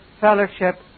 fellowship